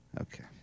Okay